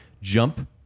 jump